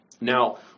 Now